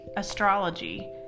astrology